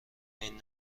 این